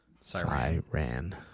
siren